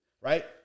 right